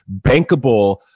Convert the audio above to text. bankable